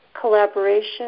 collaboration